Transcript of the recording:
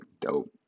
dope